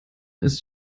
ist